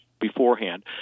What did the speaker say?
beforehand